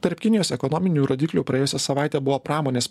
tarp kinijos ekonominių rodiklių praėjusią savaitę buvo pramonės